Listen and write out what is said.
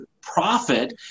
profit